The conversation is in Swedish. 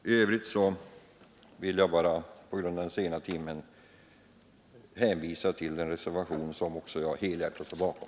I övrigt vill jag bara på grund av den sena timmen hänvisa till den reservation som också jag helhjärtat står bakom.